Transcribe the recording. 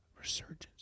resurgence